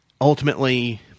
ultimately